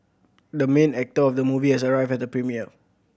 the main actor of the movie has arrived at the premiere